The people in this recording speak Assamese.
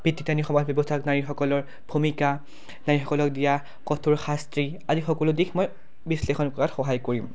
পিতৃতান্ত্ৰিক সমাজ ব্যৱস্থা নাৰীসকলৰ ভূমিকা নাৰীসকলক দিয়া কঠোৰ শাস্তি আদি সকলো দিশ মই বিশ্লেষণ কৰাত সহায় কৰিম